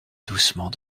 doucement